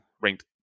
ranked